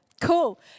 cool